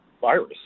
virus